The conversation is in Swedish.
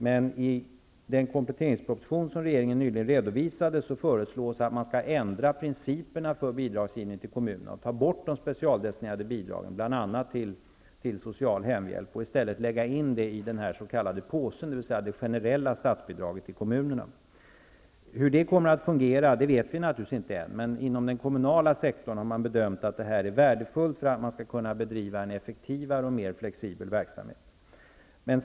Men i den kompletteringsproposition som regeringen nyligen redovisade föreslås att man skall ändra principerna för bidragsgivningen till kommunerna och ta bort de specialdestinerade bidragen, bl.a. till social hemhjälp, och i stället lägga in dem i den s.k. påsen, dvs. det generella statsbidraget till kommunerna. Hur det kommer att fungera vet vi naturligtvis inte än. Men inom den kommunala sektorn har man bedömt att detta är av värde för att man skall kunna bedriva en effektivare och mer flexibel verksamhet.